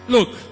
Look